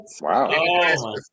Wow